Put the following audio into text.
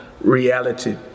reality